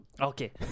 Okay